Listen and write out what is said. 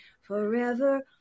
forever